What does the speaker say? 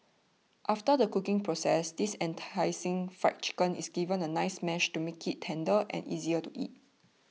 after the cooking process this enticing Fried Chicken is given a nice mash to make it tender and easier to eat